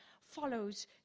follows